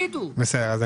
אני